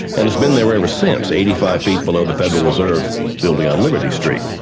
and it's been there ever since, eighty five feet below the federal reserve building on liberty street,